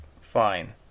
Fine